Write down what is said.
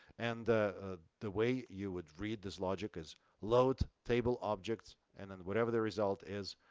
and the ah the way you would read this logic is load table objects and then whatever the result is,